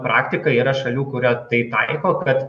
praktika yra šalių kurio tai taiko kad